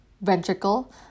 ventricle